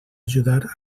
ajudar